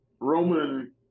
Roman